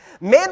Man